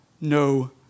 No